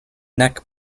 nek